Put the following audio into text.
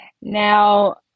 Now